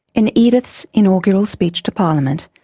in edith's inaugural speech to parliament,